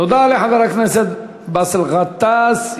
תודה לחבר הכנסת באסל גטאס.